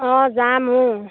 অঁ যাম